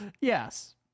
Yes